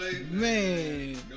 man